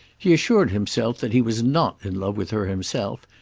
he assured himself that he was not in love with her himself,